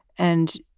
and